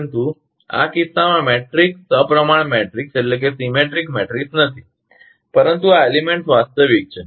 પરંતુ આ કિસ્સામાં મેટ્રિક્સ સપ્રમાણ મેટ્રિક્સ નથી પરંતુ આ તત્વો વાસ્તવિક છે